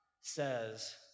says